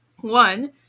One